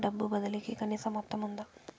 డబ్బు బదిలీ కి కనీస మొత్తం ఉందా?